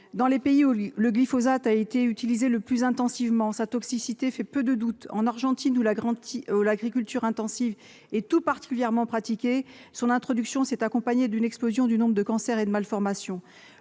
Dans les pays où le glyphosate a été utilisé le plus intensivement, sa toxicité fait peu de doute. En Argentine, où l'agriculture intensive est tout particulièrement pratiquée, son introduction s'est accompagnée d'une explosion du nombre de cancers et de malformations.